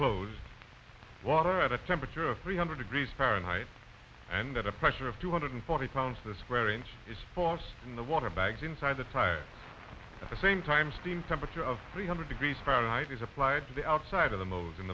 closed water at a temperature of three hundred degrees fahrenheit and at a pressure of two hundred forty pounds the square inch is false in the water bags inside the tire at the same time steam temperature of three hundred degrees fahrenheit is applied to the outside of the mo